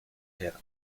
père